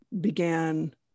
began